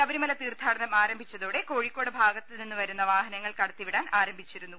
ശബരിമല തീർഥാടനം ആരംഭിച്ചതോടെ കോഴിക്കോട് ഭാഗത്തുനിന്നുവരുന്ന വാഹനങ്ങൾ കടത്തിവിടാൻ ആരംഭിച്ചിരുന്നു